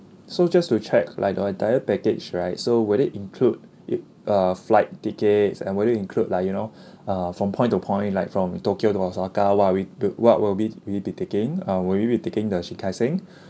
so just to check like uh the entire package right so would it include it uh flight tickets and would it include like you know uh from point to point like from tokyo to osaka what are we will what will be will we be taking uh will we be taking the shinkansen